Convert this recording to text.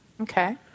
Okay